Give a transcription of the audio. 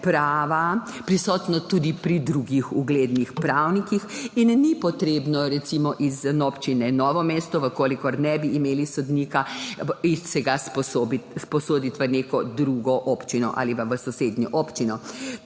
prava prisotno tudi pri drugih uglednih pravnikih in ni potrebno recimo iz občine Novo mesto, če ne bi imeli sodnika, si ga sposoditi v neko drugo občino ali pa v sosednjo občino,